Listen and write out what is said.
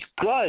good